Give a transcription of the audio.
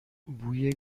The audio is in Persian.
بوی